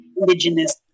indigenous